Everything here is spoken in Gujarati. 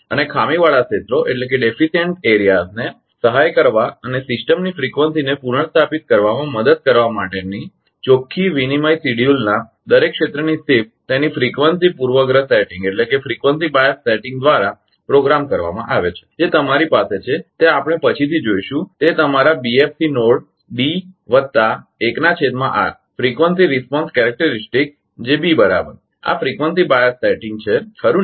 અને ખામીવાળા ક્ષેત્રોને સહાય કરવા અને સિસ્ટમની ફ્રીકવંસીને પુનર્સ્થાપિત કરવામાં મદદ કરવા માટેના ચોખ્ખી વિનિમય શેડ્યૂલના દરેક ક્ષેત્રની શિફ્ટ તેની ફ્રીકવંસી પૂર્વગ્રહ સેટિંગ દ્વારા પ્રોગ્રામ કરવામાં આવે છે જે તમારી પાસે છે તે આપણે પછીથી જોઇશું તે તમારા બીએફસી નોડ ડી વત્તા 1 ના છેદમાં r ફ્રીક્વન્સી રિસ્પોન્સ લાક્ષણિકતા જે B બરાબર આ ફ્રીક્વન્સી બાયસ સેટિંગ છે ખરુ ને